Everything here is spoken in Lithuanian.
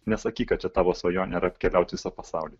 nesakyk kad čia tavo svajonė yra apkeliauti visą pasaulį